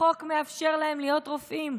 החוק מאפשר להם להיות רופאים,